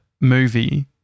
movie